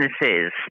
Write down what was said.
businesses